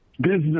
Business